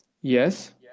Yes